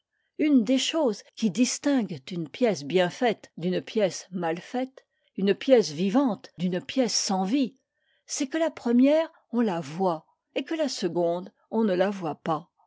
une des choses qui distinguent une pièce bien faite d'une pièce mal faite une pièce vivante d'une pièce sans vie c'est que la première on la voit et que la seconde on ne la voit pas